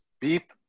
Beep